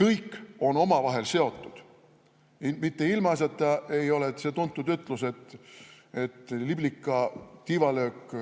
Kõik on omavahel seotud. Mitte ilmaasjata ei kasutata tuntud ütlust, et liblika tiivalöök